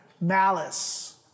Malice